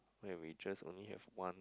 where we just only have one